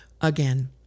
again